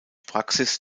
praxis